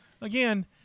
again